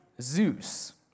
Zeus